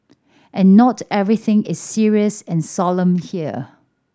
and not everything is serious and solemn here